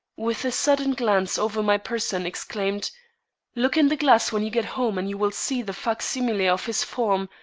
with a sudden glance over my person, exclaimed look in the glass when you get home and you will see the fac-simile of his form,